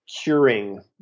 curing